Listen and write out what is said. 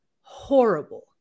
horrible